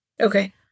Okay